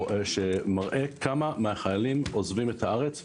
שמראה כמה מהחיילים עוזבים את הארץ.